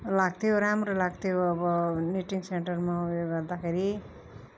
लाग्थ्यो राम्रो लाग्थ्यो अब निटिङ सेन्टरमा उयो गर्दाखेरि